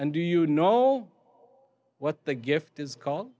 and do you know what the gift is called